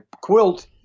quilt